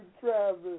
Travis